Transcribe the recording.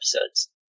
episodes